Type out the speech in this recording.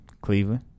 Cleveland